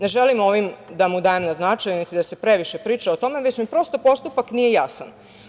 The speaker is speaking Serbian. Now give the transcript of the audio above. Ne želim ovim da mu dajem na značaju niti da se previše priča o tome, već mi postupak nije jasan.